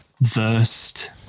versed